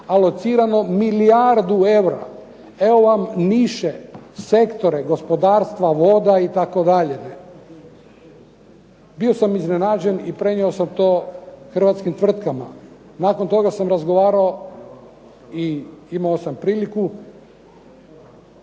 alocirano milijardu eura. Evo vam niše, sektore gospodarstva, voda itd. Bio sam iznenađen i prenio sam to hrvatskim tvrtkama. Nakon toga sam razgovarao i imao sam priliku